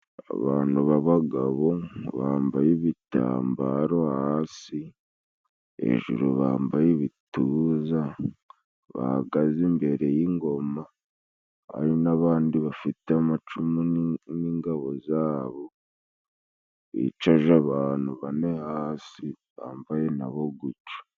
Abantu b'abagabo bambaye ibitambaro hasi, hejuru bambaye ibituza, bahagaze imbere y'ingoma, hari n'abandi bafite amacumu n'ingabo zabo, bicaje abantu bane hasi, bambaye na bo guco.